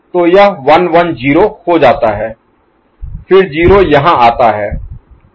तो यह 1 1 0 हो जाता है फिर 0 यहाँ आता है